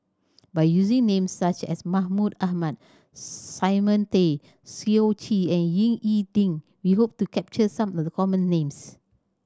by using names such as Mahmud Ahmad Simon Tay Seong Chee and Ying E Ding we hope to capture some of the common names